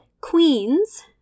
queens